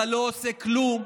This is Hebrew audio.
אתה לא עושה כלום.